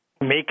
make